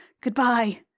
goodbye